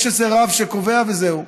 יש איזה רב שקובע וזהו.